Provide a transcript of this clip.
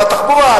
על התחבורה,